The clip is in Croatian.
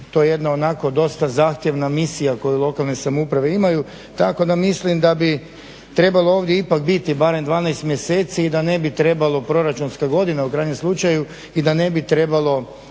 je to jedna onako dosta zahtjevna misija koju lokalne samouprave imaju. Tako da mislim da bi trebalo ovdje ipak biti barem 12 mjeseci i da ne bi trebalo proračunska godina u krajnjem slučaju i da ne bi trebalo